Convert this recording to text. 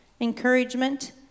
encouragement